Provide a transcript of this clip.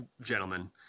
gentlemen